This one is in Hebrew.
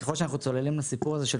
אגב,